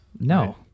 No